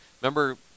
remember